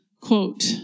quote